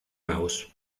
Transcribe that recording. mouse